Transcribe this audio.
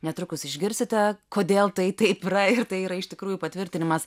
netrukus išgirsite kodėl tai taip yra ir tai yra iš tikrųjų patvirtinimas